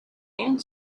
and